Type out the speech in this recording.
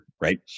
right